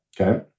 Okay